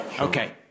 Okay